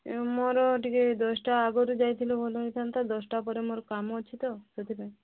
ମୋର ଟିକେ ଦଶଟା ଆଗରୁ ଯାଇଥିଲେ ଭଲ ହୋଇଥାନ୍ତା ଦଶଟା ପରେ ମୋର କାମ ଅଛି ତ ସେଥିପାଇଁ